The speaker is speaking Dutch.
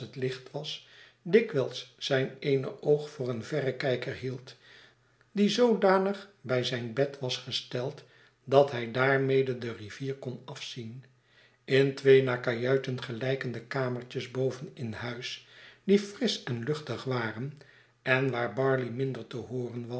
het licht was dikwijls zijn eene oog voor een verrekijker hield die zoodanig bij zijn bed was gesteld dat hij daarmede de rivier kon afzien in twee naar kajuiten gelijkende kamertjes boven in huis die frisch en luchtig waren en waar barley minder te hooren was